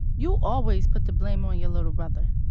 you always put the blame on your little brother.